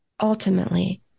ultimately